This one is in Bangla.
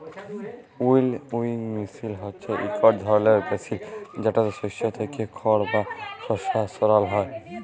উইলউইং মিশিল হছে ইকট ধরলের মিশিল যেটতে শস্য থ্যাইকে খড় বা খসা সরাল হ্যয়